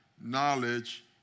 knowledge